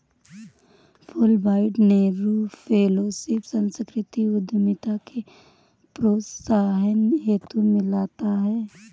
Fulbright Nehru fellowship सांस्कृतिक उद्यमिता के प्रोत्साहन हेतु मिलता है